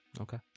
Okay